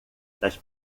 das